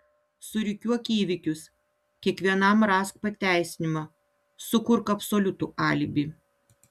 surikiuok įvykius kiekvienam rask pateisinimą sukurk absoliutų alibi